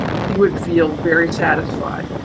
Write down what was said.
he would feel very satisfied.